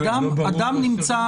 אדם נמצא